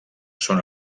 són